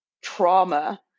trauma